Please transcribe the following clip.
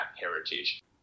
heritage